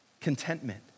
contentment